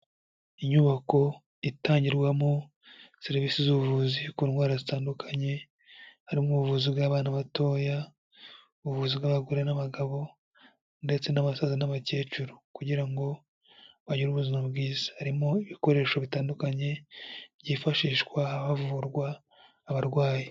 Inyubako itangirwamo serivisi z'ubuvuzi ku ndwara zitandukanye, harimo ubuvuzi bw'abana batoya, ubuvuzi bw'abagore n'abagabo ndetse n'abasaza n'abakecuru kugira ngo bagire ubuzima bwiza, harimo ibikoresho bitandukanye byifashishwa havurwa abarwayi.